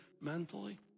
mentally